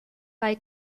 bei